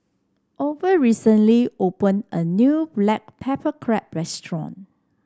Orvel recently open a new Black Pepper Crab restaurant